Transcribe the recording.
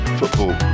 football